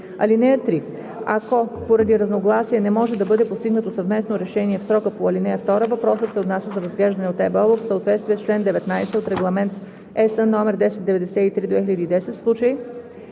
(3) Ако поради разногласие не може да бъде постигнато съвместно решение в срока по ал. 2, въпросът се отнася за разглеждане от ЕБО в съответствие с чл. 19 от Регламент (ЕС) № 1093/2010.